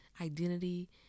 identity